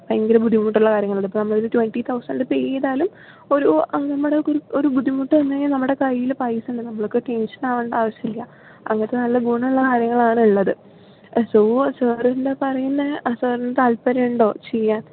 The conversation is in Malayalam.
ഭയങ്കര ബുദ്ധിമുട്ടുള്ള കാര്യങ്ങളാണ് ഇപ്പോൾ നമ്മൾ ഒരു ട്വന്റി തൗസൻറ് പേ ചെയ്താലും ഒരു നമ്മുടെ ഒരു ബുദ്ധിമുട്ട് വന്നു കഴിഞ്ഞാലും നമ്മുടെ കയ്യിൽ പൈസ ഉണ്ടെങ്കിൽ നമുക്ക് ടെൻഷൻ ആവേണ്ട ആവശ്യമില്ല അങ്ങനത്തെ നല്ല ഗുണമുള്ള കാര്യങ്ങളാണുള്ളത് സോ സാറ് എന്താ പറയുന്നേ സാറിന് താല്പര്യമുണ്ടോ ചെയ്യാൻ